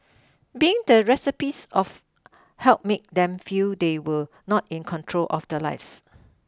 being the recipients of help made them feel they were not in control of their lives